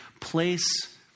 place